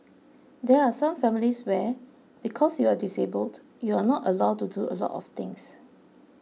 there are some families where because you are disabled you are not allowed to do a lot of things